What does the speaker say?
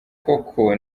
koko